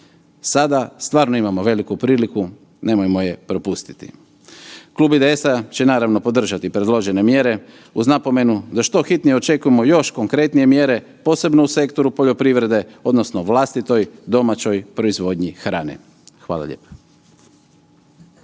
Sada stvarno imamo veliku priliku, nemojmo je propustiti. Klub IDS-a će naravno podržati predložene mjere, uz napomenu da što hitnije očekujemo još konkretnije mjere, posebno u sektoru poljoprivrede, odnosno vlastitoj domaćoj proizvodnji hrane. Hvala lijepo.